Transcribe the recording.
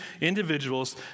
individuals